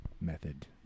method